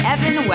Evan